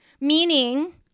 Meaning